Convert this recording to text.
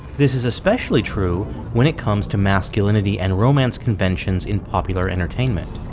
this is especially true when it comes to masculinity and romance conventions in popular entertainment.